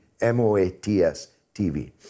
M-O-A-T-S-TV